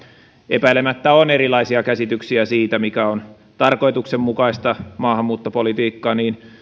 epäilemättä on erilaisia käsityksiä siitä mikä on tarkoituksenmukaista maahanmuuttopolitiikkaa niin